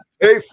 Hey